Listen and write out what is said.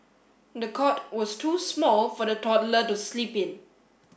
the cot was too small for the toddler to sleep in